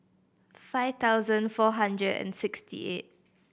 five thousand four hundred and sixty eight